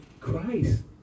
Christ